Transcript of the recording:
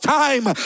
time